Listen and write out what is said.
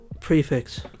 prefix